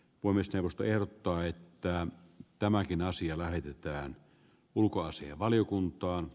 valmistelusta ja ottaa heittää tämäkin asia lähetetään ulkoasianvaliokuntaan